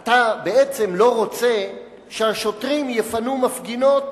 אתה בעצם לא רוצה שהשוטרים יפנו מפגינות,